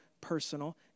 personal